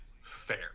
fair